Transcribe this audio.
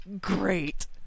Great